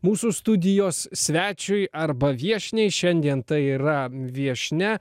mūsų studijos svečiui arba viešniai šiandien tai yra viešnia